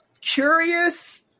curious